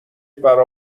برا